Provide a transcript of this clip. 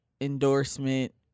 endorsement